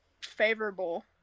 favorable